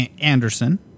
Anderson